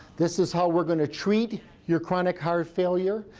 this is how we're going to treat your chronic heart failure.